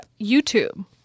YouTube